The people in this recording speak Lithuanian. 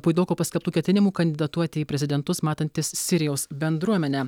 puidoko paskelbtų ketinimų kandidatuoti į prezidentus matantis sirijaus bendruomenę